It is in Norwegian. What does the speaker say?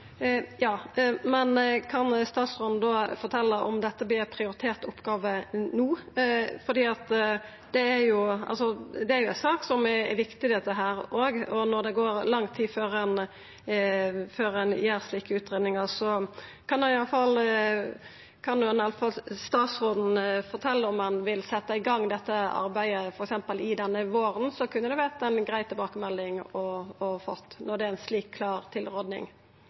Kan statsråden da fortelja om dette vert ei prioritert oppgåve no, for dette er jo òg ei sak som er viktig. Når det går lang tid før ein gjer slike utgreiingar – kan i alle fall statsråden fortelja om han vil setja i gang dette arbeidet f.eks. denne våren? Det kunne ha vore ei grei tilbakemelding å få når det er ei slik klar